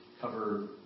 cover